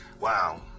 Wow